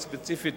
הספציפי,